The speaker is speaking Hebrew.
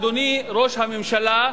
אדוני ראש הממשלה,